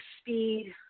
speed